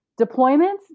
Deployments